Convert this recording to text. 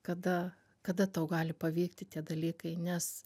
kada kada tau gali pavykti tie dalykai nes